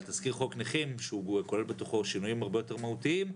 תזכיר חוק נכים שהוא כולל בתוכו שינויים הרבה יותר מהותיים,